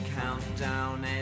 countdown